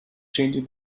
changing